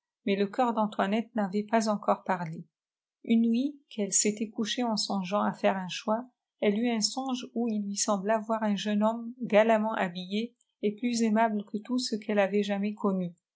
mais le cœur d'antoinette n'avait pas encore parlé une nuit qu'elle s'était couchée en songeante faire un choix elle eut un songe ou il lui sembla voir un jeune homme galamment habillé et plus aimable que tous ceux qu'elle avait jamak connus